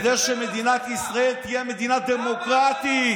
כדי שמדינת ישראל תהיה מדינה דמוקרטית,